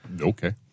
Okay